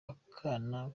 akana